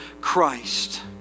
Christ